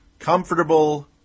comfortable